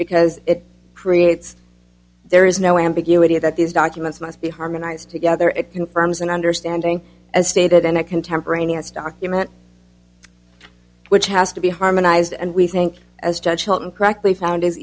because it creates there is no ambiguity that these documents must be harmonized together it confirms an understanding as stated in a contemporaneous document which has to be harmonized and we think as judge bolton correctly found is